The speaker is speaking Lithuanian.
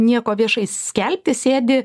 nieko viešai skelbti sėdi